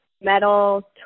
metal